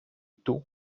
του